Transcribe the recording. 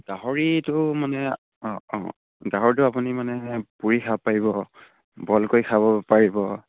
গাহৰিটো মানে অঁ অঁ গাহৰিটো আপুনি মানে পুৰি খাব পাৰিব বইল কৰি খাব পাৰিব